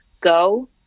go